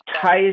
ties